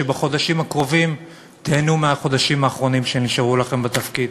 שבחודשים הקרובים תיהנו מהחודשים האחרונים שנשארו לכם בתפקיד.